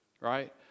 right